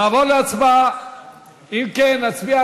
אורן אסף